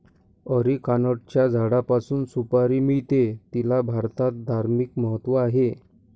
अरिकानटच्या झाडापासून सुपारी मिळते, तिला भारतात धार्मिक महत्त्व आहे